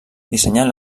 dissenyant